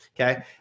Okay